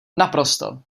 naprosto